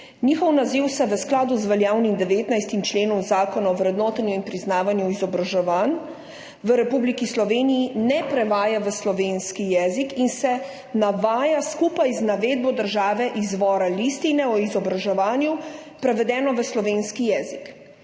Njihov naziv se v skladu z veljavnim 19. členom Zakona o vrednotenju in priznavanju izobraževanja v Republiki Sloveniji ne prevaja v slovenski jezik in se navaja skupaj z navedbo države izvora listine o izobraževanju, prevedeno v slovenski jezik.